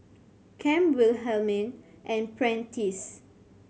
Cam Wilhelmine and Prentiss